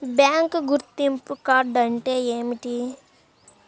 Bank గుర్తింపు card అంటే ఏమిటి?